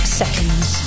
seconds